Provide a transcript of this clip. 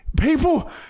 People